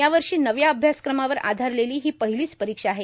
यावर्षी नव्या अभ्यासक्रमावर आधारलेली ही पहिलीच परीक्षा आहे